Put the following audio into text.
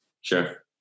Sure